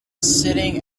sitting